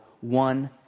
one